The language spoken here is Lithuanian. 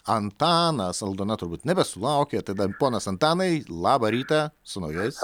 antanas aldona turbūt nebesulaukė tada ponas antanai labą rytą su naujais